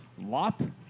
lop